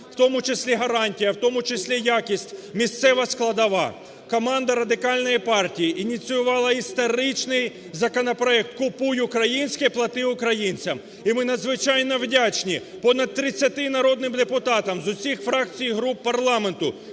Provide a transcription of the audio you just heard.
в тому числі гарантія, в тому числі якість, місцева складова. Команда Радикальної партії ініціювала історичний законопроект "Купуй українське, плати українцям". І ми надзвичайно вдячні понад 30 народним депутатам з усіх фракцій і груп парламенту,